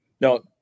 No